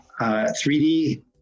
3D